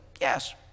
yes